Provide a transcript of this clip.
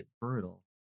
brutal